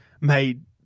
made